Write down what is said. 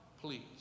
please